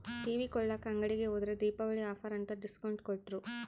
TV ಕೊಳ್ಳಾಕ ಅಂಗಡಿಗೆ ಹೋದ್ರ ದೀಪಾವಳಿ ಆಫರ್ ಅಂತ ಡಿಸ್ಕೌಂಟ್ ಕೊಟ್ರು